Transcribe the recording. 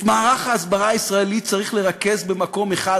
את מערך ההסברה הישראלי צריך לרכז במקום אחד,